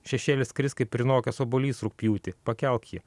šešėlis kris kaip prinokęs obuolys rugpjūtį pakelk jį